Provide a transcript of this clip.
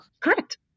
Correct